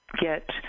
get